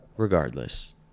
Regardless